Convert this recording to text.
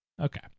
Okay